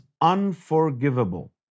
unforgivable